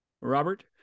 Robert